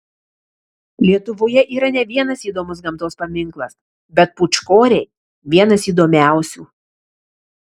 lietuvoje yra ne vienas įdomus gamtos paminklas bet pūčkoriai vienas įdomiausių